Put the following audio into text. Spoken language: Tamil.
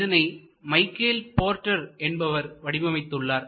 இதனை மைக்கேல் போர்ட்டர் என்பவர் வடிவமைத்துள்ளார்